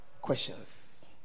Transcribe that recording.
questions